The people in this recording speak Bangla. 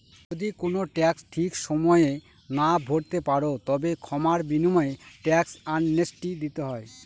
যদি কোনো ট্যাক্স ঠিক সময়ে না ভরতে পারো, তবে ক্ষমার বিনিময়ে ট্যাক্স অ্যামনেস্টি দিতে হয়